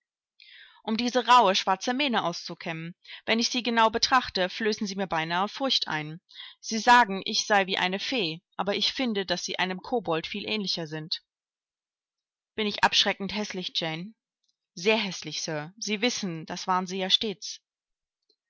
um diese rauhe schwarze mähne auszukämmen wenn ich sie genau betrachte flößen sie mir beinahe furcht ein sie sagen ich sei wie eine fee aber ich finde daß sie einem kobold viel ähnlicher sind bin ich abschreckend häßlich jane sehr häßlich sir sie wissen das waren sie ja stets